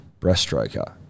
breaststroker